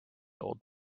old